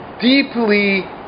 deeply